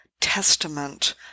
testament